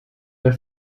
der